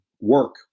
work